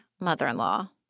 mother-in-law